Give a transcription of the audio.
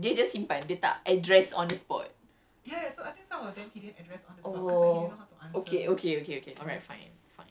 so dia dia received the question so ustaz tu received the question lepas tu dia dia just simpan dia tak address on the spot